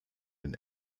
den